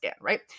right